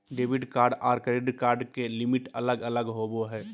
debit card आर credit card के limit अलग अलग होवो हय